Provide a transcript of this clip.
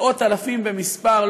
מאות אלפים במספר,